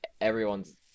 Everyone's